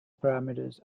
parameters